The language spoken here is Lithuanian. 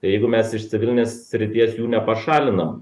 jeigu mes iš civilinės srities jų nepašalinam